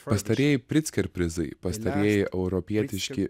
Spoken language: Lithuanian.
pastarieji pricker prizai pastarieji europietiški